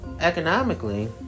economically